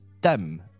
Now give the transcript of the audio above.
dim